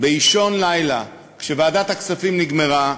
באישון לילה, כשוועדת הכספים נגמרה,